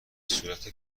صورت